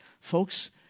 Folks